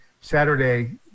Saturday